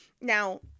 Now